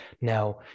Now